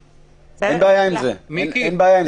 יוסי: אין בעיה עם זה, אין בעיה עם זה.